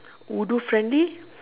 wudu friendly